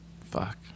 fuck